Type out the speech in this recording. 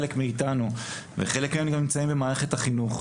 חלק מאיתנו וחלק הם גם נמצאים במערכת החינוך,